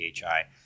PHI